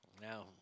Now